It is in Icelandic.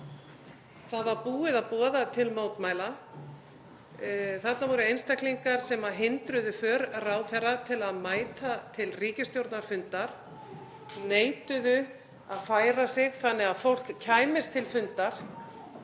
Búið var að boða til mótmæla. Þarna voru einstaklingar sem hindruðu för ráðherra til að mæta til ríkisstjórnarfundar, neituðu að færa sig þannig að fólk kæmist til fundar